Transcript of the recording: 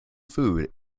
food